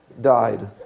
died